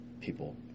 people